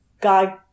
God